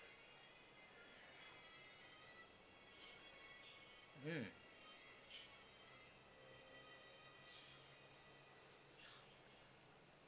mm